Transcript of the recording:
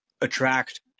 attract